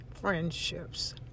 friendships